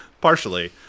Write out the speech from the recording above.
Partially